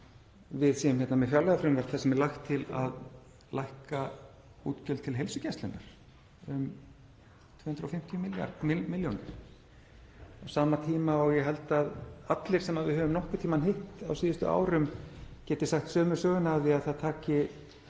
við séum hérna með fjárlagafrumvarp þar sem er lagt til að lækka útgjöld til heilsugæslunnar um 250 millj. kr. á sama tíma og ég held að allir sem við höfum nokkurn tímann hitt á síðustu árum geti sagt sömu söguna af því að það taki